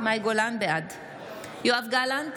יואב גלנט,